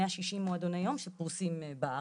מאה שישים מועדוני יום שפרוסים בארץ.